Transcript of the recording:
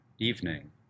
evening